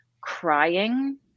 crying